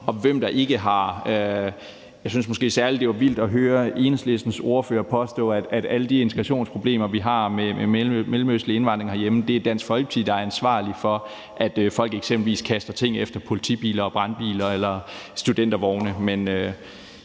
og hvem der ikke har. Jeg synes måske særlig, det var vildt at høre Enhedslistens ordfører påstå, at i forbindelse med alle de integrationsproblemer, vi har med mellemøstlig indvandring herhjemme, er det Dansk Folkeparti, der er ansvarlige for, at folk eksempelvis kaster ting efter politibiler og brandbiler eller studentervogne.